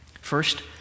First